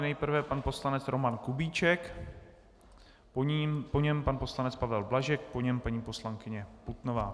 Nejprve pan poslanec Roman Kubíček, po něm pan poslanec Pavel Blažek, po něm paní poslankyně Putnová.